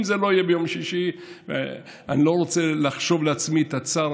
אם זה לא יהיה ביום שישי אני לא רוצה לחשוב לעצמי על הצער